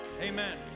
Amen